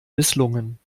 misslungen